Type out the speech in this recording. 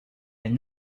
and